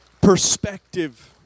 perspective